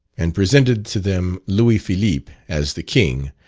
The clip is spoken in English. and presented to them louis philippe, as the king,